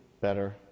better